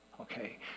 okay